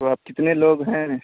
تو آپ کتنے لوگ ہیں